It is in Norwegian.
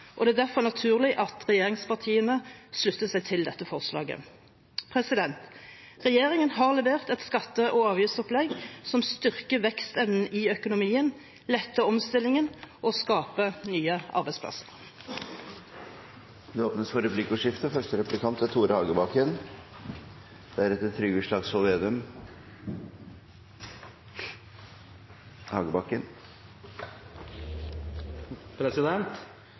og det er derfor naturlig at regjeringspartiene slutter seg til dette forslaget. Regjeringen har levert et skatte- og avgiftsopplegg som styrker vekstevnen i økonomien, letter omstillingen og skaper nye arbeidsplasser. Det blir replikkordskifte.